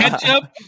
ketchup